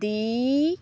ਦੀ